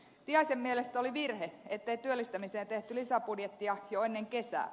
tiaisen mielestä oli virhe ettei työllistämiseen tehty lisäbudjettia jo ennen kesää